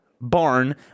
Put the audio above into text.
Barn